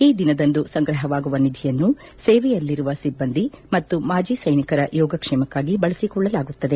ಈ ದಿನದಂದು ಸಂಗ್ರಹವಾಗುವ ನಿಧಿಯನ್ನು ಸೇವೆಯಲ್ಲಿರುವ ಸಿಬ್ಬಂದಿ ಮತ್ತು ಮಾಜಿ ಸೈನಿಕರ ಯೋಗಕ್ಷೇಮಕ್ಕಾಗಿ ಬಳಸಿಕೊಳ್ಳಲಾಗುತ್ತದೆ